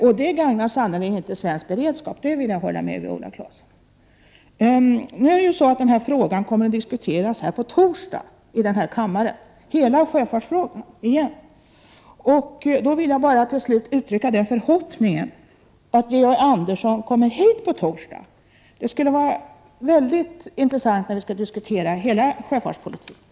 Att det sannerligen inte gagnar svensk beredskap håller jag med Viola Claesson om. Nu är det så att sjöfarten kommer att diskuteras ordentligt här i kammaren igen på torsdag. Till slut vill jag bara uttrycka den förhoppningen, att Georg Andersson kommer hit på torsdag. Det skulle nämligen vara mycket intressant att diskutera hela sjöfartspolitiken med honom.